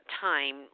Time